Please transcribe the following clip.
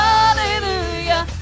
Hallelujah